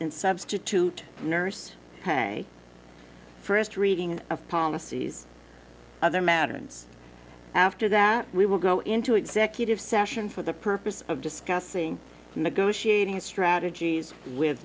in substitute nurse ok first reading of policies other matter and after that we will go into executive session for the purpose of discussing negotiating strategies with